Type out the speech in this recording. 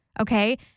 Okay